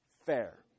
fair